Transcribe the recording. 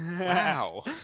Wow